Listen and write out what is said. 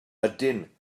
ydyn